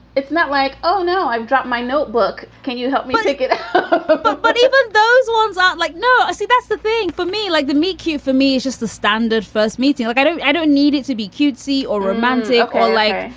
it's not like oh no, i've dropped my notebook, can you help me pick it up but but but even those ones aren't like no i see that's the thing for me like the meat cute for me is just the standard first meeting. like i don't i don't need it to be cutesy or romantic or like,